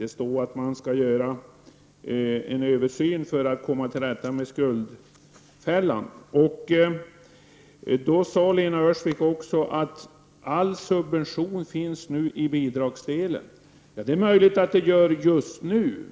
Det står att man skall göra en översyn för att komma till rätta med skuldfällan. Lena Öhrsvik sade också att all subvention nu ligger i bidragsdelen. Det är möjligt att det är fallet just nu.